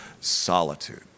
solitude